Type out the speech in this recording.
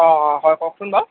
অঁ অঁ হয় কওকচোন বাৰু